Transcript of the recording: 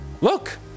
look